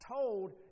told